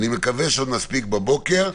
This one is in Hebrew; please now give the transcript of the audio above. אני מקווה שעוד נספיק בוקר.